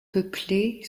peuplée